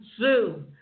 Zoom